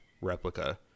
replica